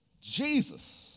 Jesus